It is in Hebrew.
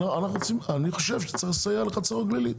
אני חושב שצריך לסייע לחצור הגלילית.